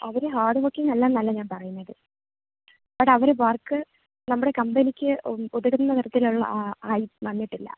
അവർ hard working അല്ലായെന്നല്ല ഞാൻ പറയുന്നത് ബട്ട് അവർ വർക്ക് നമ്മുടെ കമ്പനിക്ക് ഉതകുന്ന തരത്തിൽ ഉള്ള ആയി വന്നിട്ടില്ല